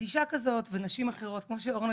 אז אישה כזאת ונשים אחרות כמו שאורנה